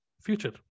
future